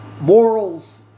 Morals